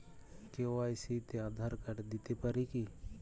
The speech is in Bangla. কে.ওয়াই.সি তে আধার কার্ড দিতে পারি কি?